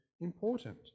important